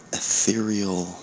ethereal